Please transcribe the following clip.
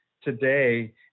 today